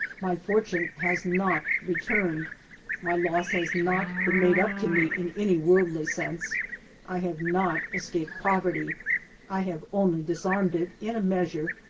my fortune has not returned my loss has not been made up to me in any worldly sense i have not escaped poverty i have only disarmed it, in a measure,